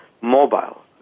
mobile